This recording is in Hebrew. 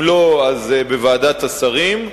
אם לא, אז בוועדת השרים.